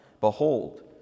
Behold